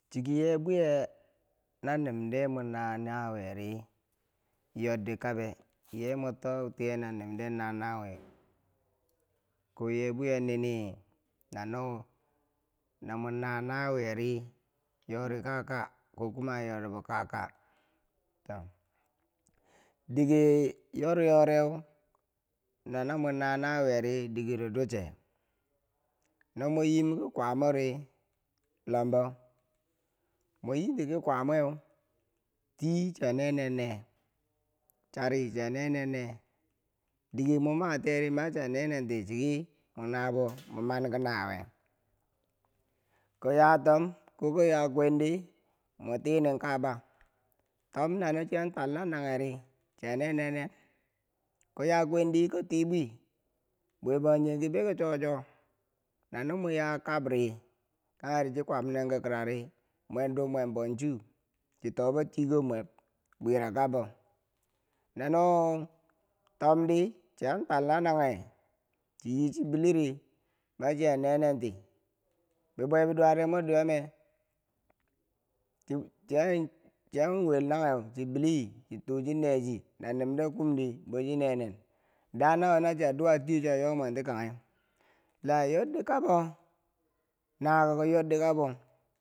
Chiki ye bwiye na nimde mwe na nawiyeri yoddi kabe? ye mwa to tiye na numde mo nanawuye ko ye bwiye nini, na, no namwi na nawiyeri yori ka ka ko kuma yor bo ka ka to, dike yor yoreu Na la mwe na, nawiyeri dikeroduche no mwe yiim kikwamori lombo mweyitiki kwamweu tii chiyan ne- nen ne chari chiyan ne- nen- ne dike mwe matiyeri machiye ne- nenti chiki mwa nnabo, nono chi mwe manki nawiye ko yatom ko yakwen di mwa tinin ka ba tom nano chiya twal na nangheri, chi ya nenen ne ko ya kwen di ka ti bwii kwendi mwe tibwi bwe bangjighe ki bi ki cho- cho na, no mwe ya kabri kangheri chi kwam nen ki kira ri, mwee duum mwem bo chuu chi tobo tiikob mweb bwira kabo, nano tom di chian twal na nanghe chi yi chii beli rimani chia nenen ti bi bwe bi duwareu mwa dwiyome chian wel nangheu chi beli, chi tuu chi neechi na numde kumdi bochi nenen da nawo na chia duwa tiyoti chia yo mwen ti kangheu la yorikabo nakako yorikabo.